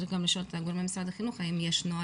צריך לשאול את הגורמים במשרד החינוך האם יש נוהל